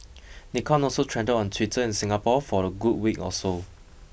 Nikon also trended on Twitter in Singapore for a good week or so